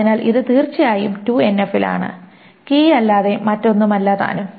അതിനാൽ ഇത് തീർച്ചയായും 2NF ലാണ് കീയല്ലാതെ മറ്റൊന്നുമല്ല താനും